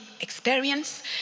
experience